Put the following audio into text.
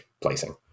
placing